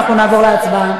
ואנחנו נעבור להצבעה.